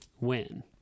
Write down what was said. win